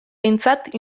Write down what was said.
behintzat